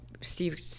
steve